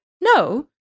no